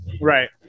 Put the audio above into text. right